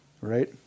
Right